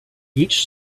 each